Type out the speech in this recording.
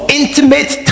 intimate